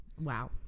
wow